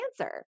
answer